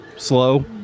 Slow